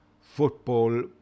football